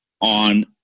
on